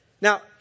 Now